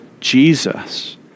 Jesus